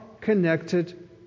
connected